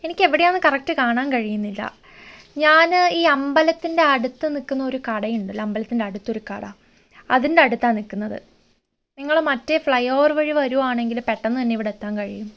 എനിക്ക് എവിടെയാണെന്ന് കറക്റ്റ് കാണാൻ കഴിയുന്നില്ല ഞാന് ഈ അമ്പലത്തിൻ്റെ അടുത്ത് നിൽക്കുന്ന ഒരു കടയുണ്ടല്ലോ അമ്പലത്തിൻ്റെ അടുത്തൊരു കട അതിൻ്റെ അടുത്താ നിക്കുന്നത് നിങ്ങള് മറ്റേ ഫ്ലൈ ഓവർ വഴി വരുവാണെങ്കിൽ പെട്ടെന്ന് തന്നെ ഇവിടെ എത്താൻ കഴിയും